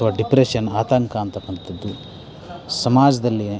ಅಥವಾ ಡಿಪ್ರೆಶನ್ ಆತಂಕ ಅಂತಕ್ಕಂತದ್ದು ಸಮಾಜದಲ್ಲಿ